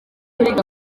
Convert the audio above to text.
gahunda